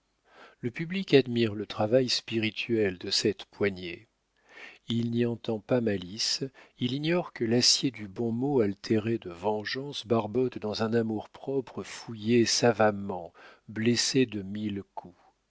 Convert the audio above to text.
le public admire le travail spirituel de cette poignée il n'y entend pas malice il ignore que l'acier du bon mot altéré de vengeance barbote dans un amour-propre fouillé savamment blessé de mille coups